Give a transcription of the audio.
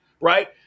right